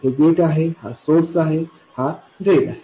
हे गेट आहे हा सोर्स आहे आणि हा ड्रेन आहे